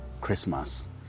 Christmas